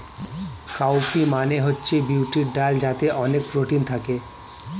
cow P মানে হচ্ছে বিউলির ডাল যাতে অনেক প্রোটিন থাকে